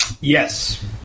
Yes